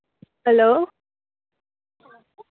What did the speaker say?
hello